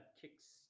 kicks